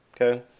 okay